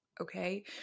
Okay